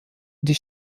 die